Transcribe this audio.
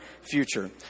future